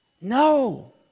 No